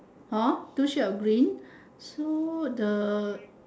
orh two shade of green so the